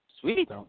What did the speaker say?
Sweet